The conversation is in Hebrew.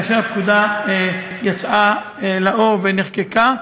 כאשר הפקודה יצאה לאור ונחקקה,